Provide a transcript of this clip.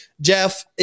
Jeff